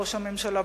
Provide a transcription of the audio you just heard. ראש הממשלה,